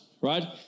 right